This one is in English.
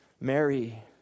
Mary